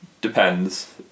Depends